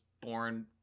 born